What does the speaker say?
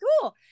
Cool